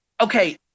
okay